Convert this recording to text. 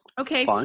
Okay